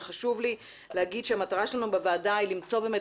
וחשוב לי לומר שהמטרה שלנו בוועדה היא למצוא באמת